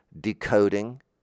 decoding